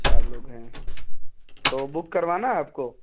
چار لوگ ہیں تو بک کروانا ہے آپ کو